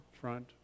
front